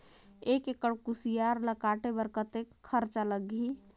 एक एकड़ कुसियार ल काटे बर कतेक खरचा लगही?